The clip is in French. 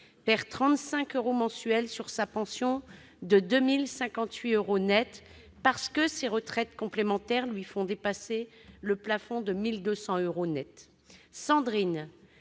perd 35 euros mensuels sur sa pension de 2 058 euros net, parce que ses retraites complémentaires lui font dépasser le plafond de 1 200 euros net. Sandrine